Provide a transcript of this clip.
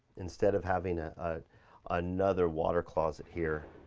instead of having ah ah another water closet here,